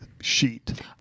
sheet